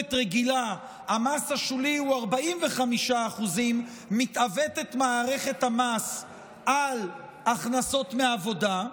משכורת רגילה המס השולי הוא 45% מתעוותת מערכת המס על הכנסות מעבודה.